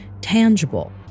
tangible